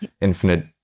infinite